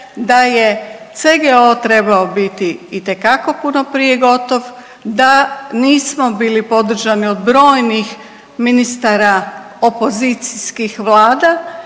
da je CGO trebao biti itekako puno prije gotovo, da nismo bili podržani od brojnih ministara opozicijskih vlada